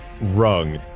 rung